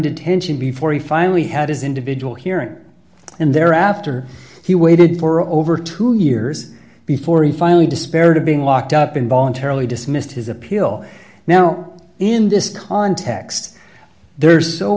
detention before he finally had his individual hearing and thereafter he waited for over two years before he finally despaired of being locked up in voluntarily dismissed his appeal now in this context there's so